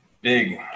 big